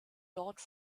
dort